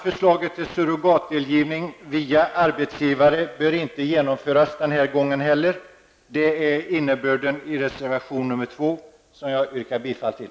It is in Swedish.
Förslaget till surrogatdelgivning via arbetsgivare bör inte genomföras den här gången heller. Detta är innebörden i reservation nr 2, som jag yrkar bifall till.